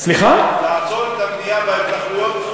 לעצור את הבנייה בהתנחלויות.